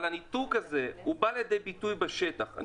אבל הניתוק הזה בא לידי ביטוי בשטח.